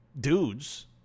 dudes